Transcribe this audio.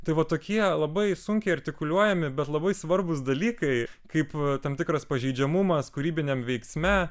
tai vat tokie labai sunkiai artikuliuojami bet labai svarbūs dalykai kaip tam tikras pažeidžiamumas kūrybiniam veiksme